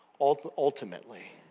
ultimately